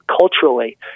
culturally